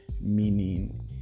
meaning